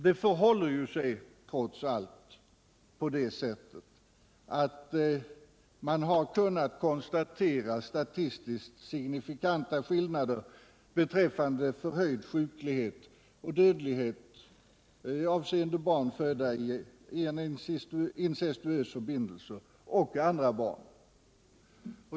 Det förhåller sig ju trots allt på det sättet att man har kunnat konstatera statistiskt signifikanta skillnader beträffande förhöjd sjuklighet och dödlighet avseende barn födda i en incestuös förbindelse jämfört med andra barn.